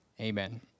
amen